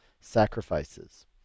sacrifices